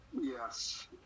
Yes